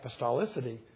apostolicity